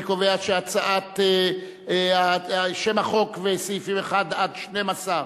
אני קובע ששם החוק וסעיפים 1 12,